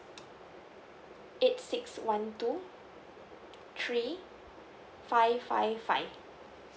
eight six one two three five five five